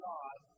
God